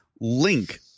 link